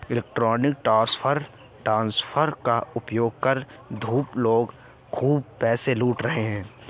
electronic transfer का उपयोग कर धूर्त लोग खूब पैसे लूट रहे हैं